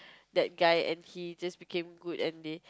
that guy and he just became good and they